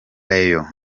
rayon